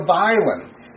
violence